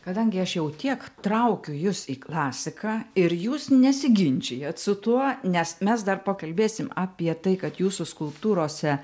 kadangi aš jau tiek traukiu jus į klasiką ir jūs nesiginčijat su tuo nes mes dar pakalbėsim apie tai kad jūsų skulptūrose